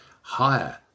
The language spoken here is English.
higher